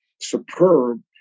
superb